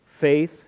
faith